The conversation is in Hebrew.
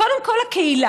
קודם כול הקהילה.